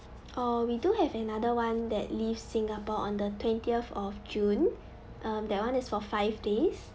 uh we do have another one that leaves singapore on the twentieth of june um that one is for five days